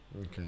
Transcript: Okay